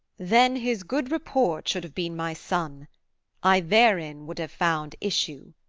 then his good report should have been my son i therein would have found issue.